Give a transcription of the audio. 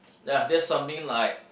ya that's something like